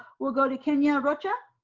we'll go to kenia rocha